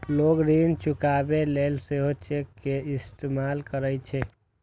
लोग ऋण चुकाबै लेल सेहो चेक के इस्तेमाल करै छै